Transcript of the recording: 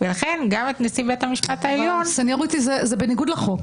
ולכן אני לא רואה צורך בשלב זה להגביל או להסדיר את עבודתם.